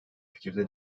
fikirde